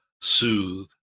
soothe